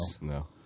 no